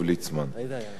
חבר הכנסת יעקב ליצמן.